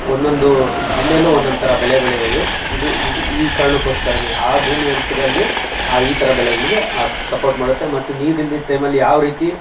ಒಂದೊಂದು ಜಿಲ್ಲೆಯಲ್ಲೂ ಒಂದೊಂದು ಥರ ಬೆಳೆ ಬೆಳೆಯೋದು ಇದು ಇದು ಈ ಕಾರಣಕ್ಕೋಸ್ಕರವೇ ಆ ಭೂಮಿಯಂಶದಲ್ಲಿ ಆ ಈ ಥರ ಬೆಳೆಗಳಿಗೆ ಆ ಸಪೋರ್ಟ್ ಮಾಡುತ್ತೆ ಮತ್ತು ನೀರು ಇಲ್ದಿದ್ದ ಟೈಮಲ್ಲಿ ಯಾವ ರೀತಿ